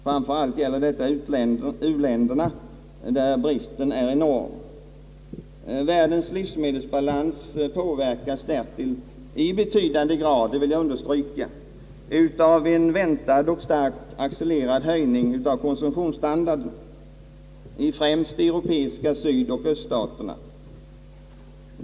Framför allt gäller detta u-länderna, där bristen är enorm, Världens livsmedelsbalans påverkas därtill i betydande grad, det vill jag understryka, av en väntad och starkt accelererande höjning av konsumtionsstandarden, främst i de europeiska sydoch öststaterna.